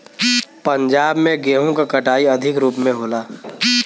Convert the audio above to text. पंजाब में गेंहू क कटाई अधिक रूप में होला